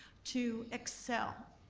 to excel,